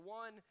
one